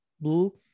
Blue